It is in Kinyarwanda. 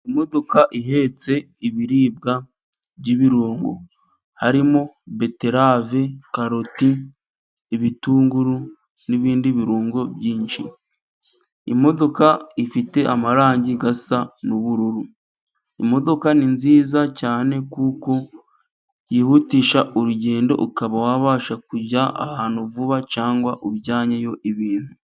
Mu modoka ihetse ibiribwa by'ibirungo harimo: beterave, karoti, ibitunguru n'ibindi birungo byinshi; imodoka ifite amarangi asa n'ubururu, imodoka ni nziza cyane kuko yihutisha urugendo ukaba wabasha kujya ahantu vuba cyangwa ujyanyeyo ibintu.